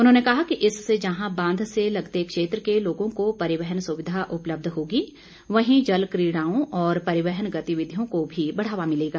उन्होंने कहा कि इससे जहां बांध से लगते क्षेत्र के लोगों को परिवहन सुविधा उपलब्ध होगी वहीं जल क्रीडाओं और परिवहन गतिविधियों को भी बढ़ावा मिलेगा